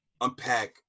unpack